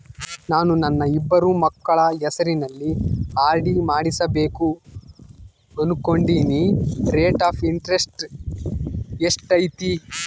ನಾನು ನನ್ನ ಇಬ್ಬರು ಮಕ್ಕಳ ಹೆಸರಲ್ಲಿ ಆರ್.ಡಿ ಮಾಡಿಸಬೇಕು ಅನುಕೊಂಡಿನಿ ರೇಟ್ ಆಫ್ ಇಂಟರೆಸ್ಟ್ ಎಷ್ಟೈತಿ?